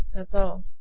that's all.